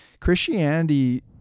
Christianity